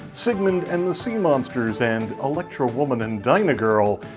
sigmund and the sea monsters, and electra woman and dyna girl,